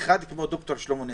אחד כמו ד"ר שלמה נס,